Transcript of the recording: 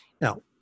Now